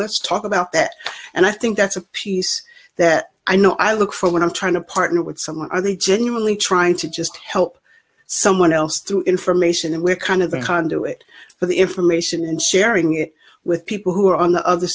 let's talk about that and i think that's a piece that i know i look for when i'm trying to partner with someone and they generally trying to just help someone else through information and we're kind of the conduit for the information and sharing it with people who are on the other